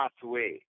pathway